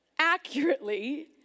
accurately